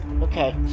Okay